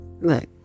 look